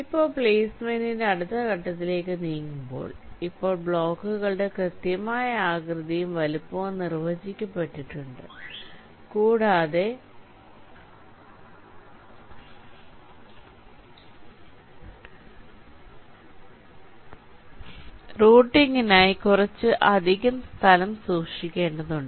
ഇപ്പോൾ പ്ലെയ്സ്മെന്റിന്റെ അടുത്ത ഘട്ടത്തിലേക്ക് നീങ്ങുമ്പോൾ ഇപ്പോൾ ബ്ലോക്കുകളുടെ കൃത്യമായ ആകൃതിയും വലുപ്പവും നിർവചിക്കപ്പെട്ടിട്ടുണ്ട് കൂടാതെ റൂട്ടിംഗിനായി കുറച്ച് അധിക സ്ഥലം സൂക്ഷിക്കേണ്ടതുണ്ട്